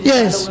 Yes